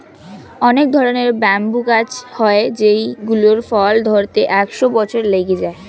অনেক ধরনের ব্যাম্বু গাছ হয় যেই গুলোর ফুল ধরতে একশো বছর লেগে যায়